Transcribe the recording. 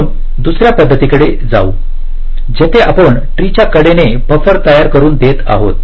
म्हणून दुसऱ्या पद्धतीकडे जा जेथे आपण ट्री च्या कडेने बफर तयार करुन देत आहात